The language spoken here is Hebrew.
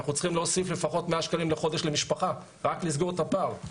אנחנו צריכים להוסיף לפחות 100 שקלים לחודש למשפחה רק לסגור את הפער.